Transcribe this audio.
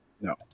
No